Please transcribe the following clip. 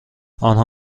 آنها